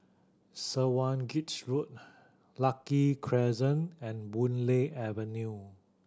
Swanage Road Lucky Crescent and Boon Lay Avenue